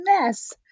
mess